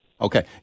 Okay